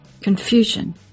confusion